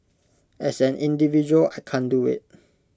as an individual I can't do IT